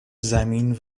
زمین